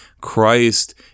Christ